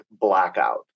blackout